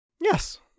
Yes